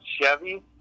Chevy